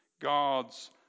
God's